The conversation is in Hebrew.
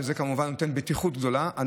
שכמובן נותנת בטיחות גדולה,